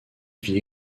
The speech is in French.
vit